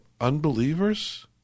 unbelievers